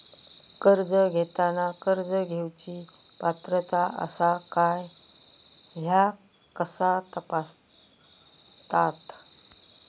कर्ज घेताना कर्ज घेवची पात्रता आसा काय ह्या कसा तपासतात?